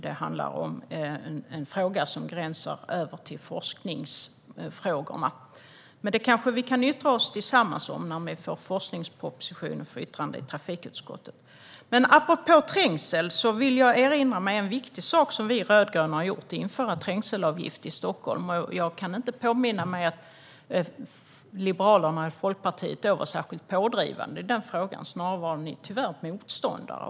Det är en fråga om gränsar till forskningsfrågorna. Men detta kanske vi kan yttra oss om tillsammans när vi får forskningspropositionen för yttrande i trafikutskottet. Apropå trängsel vill jag erinra om en viktig sak som vi rödgröna har gjort, nämligen infört trängselavgift i Stockholm. Och jag kan inte påminna mig att Liberalerna, då Folkpartiet, var särskilt pådrivande i frågan. Snarare var ni tyvärr motståndare.